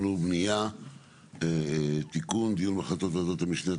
והבנייה (תיקון - דיון בהחלטות ועדות משנה),